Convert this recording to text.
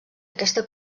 aquesta